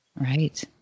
Right